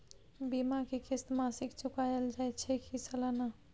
बीमा के किस्त मासिक चुकायल जाए छै की सालाना?